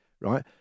right